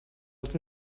els